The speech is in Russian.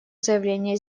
заявление